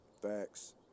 Facts